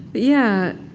yeah,